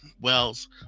wells